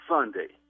Sunday